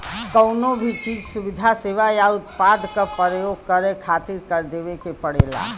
कउनो भी चीज, सुविधा, सेवा या उत्पाद क परयोग करे खातिर कर देवे के पड़ेला